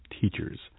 teachers